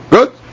Good